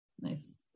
Nice